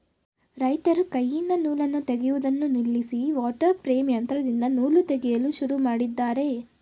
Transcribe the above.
ರೈತರು ಕೈಯಿಂದ ನೂಲನ್ನು ತೆಗೆಯುವುದನ್ನು ನಿಲ್ಲಿಸಿ ವಾಟರ್ ಪ್ರೇಮ್ ಯಂತ್ರದಿಂದ ನೂಲು ತೆಗೆಯಲು ಶುರು ಮಾಡಿದ್ದಾರೆ